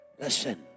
Listen